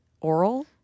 Oral